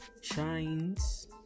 shines